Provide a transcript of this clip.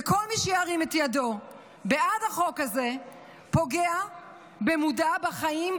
וכל מי שירים את ידו בעד החוק הזה פוגע במודע בחיים,